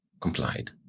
complied